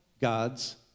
God's